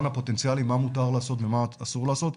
הפוטנציאלי מה מותר לעשות ומה אסור לעשות,